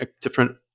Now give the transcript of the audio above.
different